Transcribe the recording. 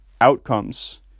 outcomes